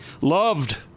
Loved